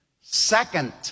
second